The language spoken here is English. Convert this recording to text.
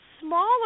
smaller